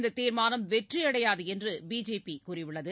இந்ததீர்மானம் வெற்றிஅடையாதுஎன்றுபிஜேபிகூறியுள்ளது